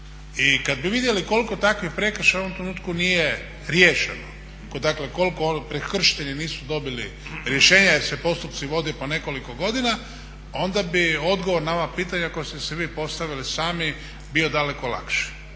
I kad bi vidjeli koliko takvih prekršaja u ovom trenutku nije riješeno, dakle koliko prekršitelji nisu dobili rješenja jer se postupci vode po nekoliko godina onda bi odgovor na ova pitanja koja ste si vi postavili sami bio daleko lakši.